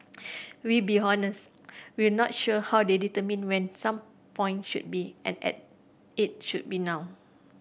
we'll be honest we're not sure how they determined when some point should be and and it should be now